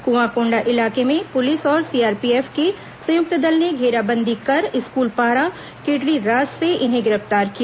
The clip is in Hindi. कुंआकोंडा इलाके में पुलिस और सीआरपीएफ के संयुक्त दल ने घेराबंदी कर स्कूलपारा किडरीरास से इन्हें गिरफ्तार किया